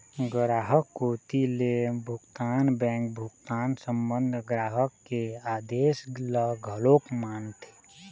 गराहक कोती ले भुगतान बेंक भुगतान संबंध ग्राहक के आदेस ल घलोक मानथे